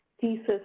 thesis